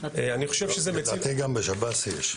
לדעתי גם בשב"ס יש.